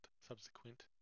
subsequent